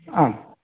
आम्